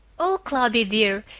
o cloudy, dear!